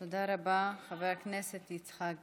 תודה רבה, חבר הכנסת יצחק